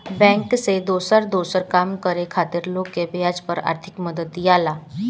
bank से दोसर दोसर काम करे खातिर लोग के ब्याज पर आर्थिक मदद दियाला